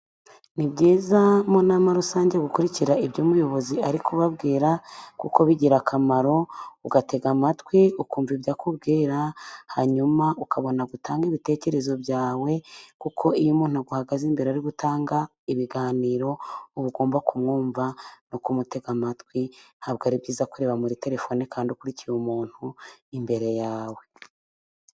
Ni byiza mu nama rusange gukurikira ibyo umuyobozi ari kubabwira, kuko bigira akamaro ugatega amatwi ukumva ibyo akubwira, hanyuma ukabona gutanga ibitekerezo byawe kuko iyo umuntu aguhagaze imbere ari gutanga ibiganiro, uba ugomba kumwumva no kutega amatwi, ntabwo ari byiza kureba muri telefone kandi ukurikiye umuntu imbere yawe.